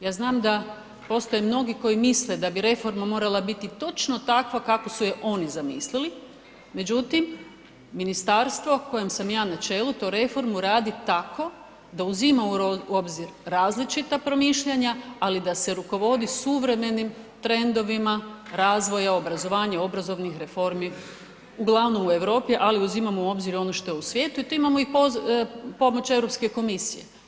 Ja znam da postoje mnogi koji misle da bi reforma morala biti točno takva kako su je oni zamislili, međutim ministarstvo kojem sam ja na čelu tu reformu radi tako da uzima u obzir različita promišljanja ali da se provodi suvremenim trendovima razvoja obrazovanja, obrazovnih reformi, uglavnom u Europi ali uzimamo u obzir i ono što je u svijetu i tu imamo i pomoć Europske komisije.